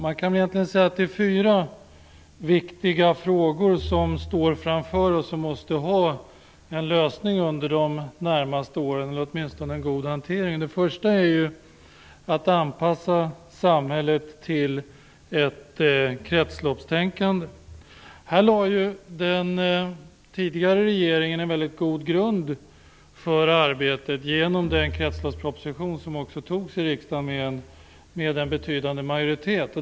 Man kan egentligen säga att det är fyra viktiga frågor som står framför oss och som måste få en lösning under de närmaste åren, eller åtminstone en god hantering. Den första är att anpassa samhället till ett kretsloppstänkande. Här lade den tidigare regeringen en väldigt god grund för arbetet genom den kretsloppsproposition som också antogs i riksdagen med en betydande majoritet.